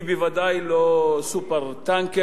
היא בוודאי לא "סופר-טנקר",